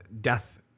death